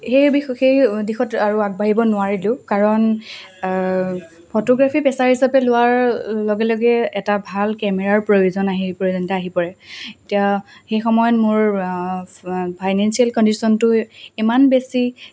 সেই বি সেই দিশত আৰু আগবাঢ়িব নোৱাৰিলো কাৰণ ফটোগ্ৰাফীক পেচা হিচাপে লোৱাৰ লগে লগে এটা ভাল কেমেৰাৰ প্ৰয়োজন আহি প্ৰয়োজনীয়তা আহি পৰে এতিয়া সেই সময়ত মোৰ ফাইনেন্সিয়েল কণ্ডিশ্যনটো ইমান বেছি